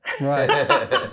Right